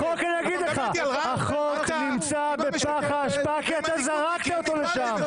החוק נמצא בפח האשפה כי אתם זרקתם אותו לשם.